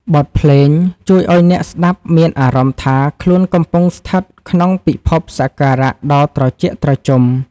បទភ្លេងជួយឱ្យអ្នកស្ដាប់មានអារម្មណ៍ថា ខ្លួនកំពុងស្ថិតក្នុងពិភពសក្ការៈដ៏ត្រជាក់ត្រជុំ។